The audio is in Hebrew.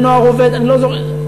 "הנוער העובד" אני לא זוכר,